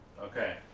Okay